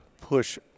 push